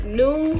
new